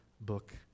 book